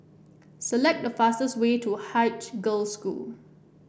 select the fastest way to Haig Girls' School